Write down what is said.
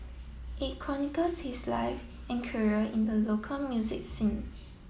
it chronicles his life and career in the local music scene